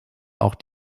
auch